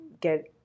get